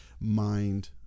mind